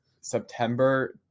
September